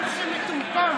התשפ"ב